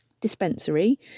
dispensary